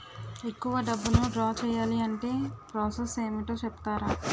ఎక్కువ డబ్బును ద్రా చేయాలి అంటే ప్రాస సస్ ఏమిటో చెప్తారా?